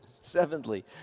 seventhly